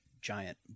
giant